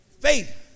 Faith